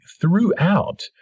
throughout